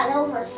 over